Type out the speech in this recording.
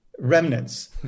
Remnants